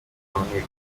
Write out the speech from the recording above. amahirwe